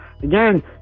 again